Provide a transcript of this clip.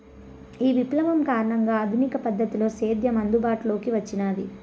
ఈ విప్లవం కారణంగా ఆధునిక పద్ధతిలో సేద్యం అందుబాటులోకి వచ్చినాది